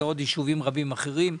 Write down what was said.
זה עוד ישובים רבים אחרים,